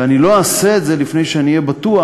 ואני לא אעשה את זה לפני שאני אהיה בטוח